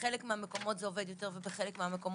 ובחלק מהמקומות זה עובד יותר ובחלק פחות,